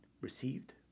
received